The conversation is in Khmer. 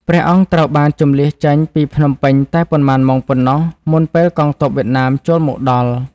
ព្រះអង្គត្រូវបានជម្លៀសចេញពីភ្នំពេញតែប៉ុន្មានម៉ោងប៉ុណ្ណោះ មុនពេលកងទ័ពវៀតណាមចូលមកដល់។